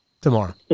tomorrow